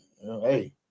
hey